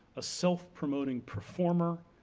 a self-promoting performer,